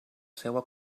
seua